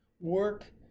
work